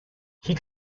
could